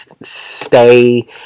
stay